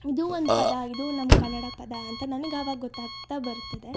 ಇದೂ ಒಂದು ಪದ ಇದು ನಮ್ಮ ಕನ್ನಡ ಪದ ಅಂತ ನನಗ್ ಆವಾಗ ಗೊತ್ತಾಗ್ತಾ ಬರುತ್ತದೆ